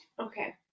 Okay